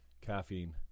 caffeine